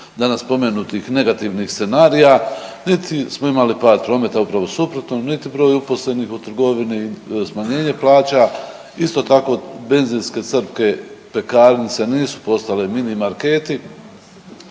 danas spomenutih negativnih scenarija niti smo imali pad prometa upravo suprotno, niti broj uposlenih u trgovini smanjenje plaća, isto tako benzinske crpke, pekarnice nisu postale mini marketi.